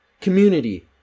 community